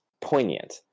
poignant